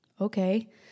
Okay